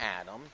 Adam